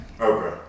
Okay